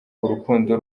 urukundo